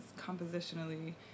compositionally